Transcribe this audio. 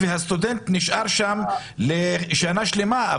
הסטודנט נשאר שם לשנה שלמה,